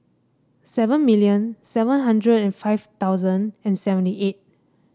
seven million seven hundred and five thousand and seventy eight